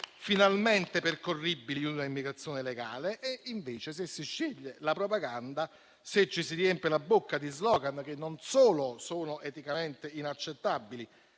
finalmente percorribili di una immigrazione legale. Invece, se si sceglie la propaganda, se ci si riempie la bocca di slogan che non solo sono eticamente inaccettabili,